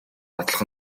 нотлох